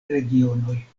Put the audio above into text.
regionoj